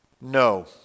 No